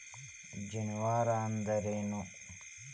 ಜಾನುವಾರು ಅಂದ್ರೇನು?